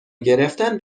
گرفتن